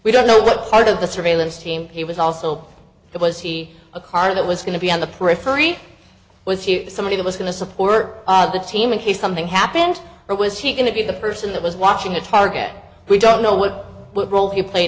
we don't know what part of the surveillance team he was also there was he a car that was going to be on the periphery with you somebody that was going to support the team in case something happened or was he going to be the person that was watching the target we don't know what role he play